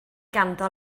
ganddo